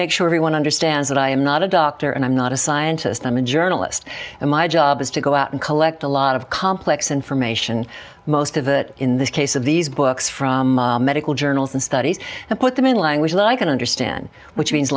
make sure everyone understands that i am not a doctor and i'm not a scientist i'm a journalist and my job is to go out and collect a lot of complex information most of it in this case of these books from medical journals and studies and put them in language that i can understand which means